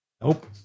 Nope